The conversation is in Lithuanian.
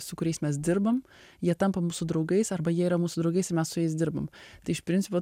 su kuriais mes dirbam jie tampa mūsų draugais arba jie yra mūsų draugais ir mes su jais dirbam tai iš principo